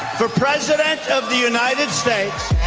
for president of the united states!